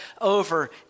over